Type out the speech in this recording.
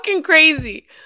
crazy